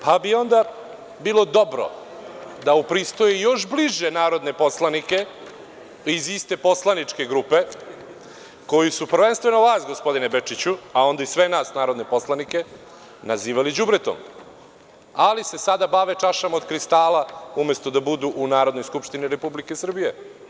Pa, onda bi bilo dobro da upristoji još bliže narodne poslanike iz iste poslaničke grupe koji su prvenstveno vas, gospodine Bečiću, a onda i sve nas narodne poslanike, nazivali đubretom, ali se sada bave čašama od kristala umesto da budu u Narodnoj skupštini Republike Srbije.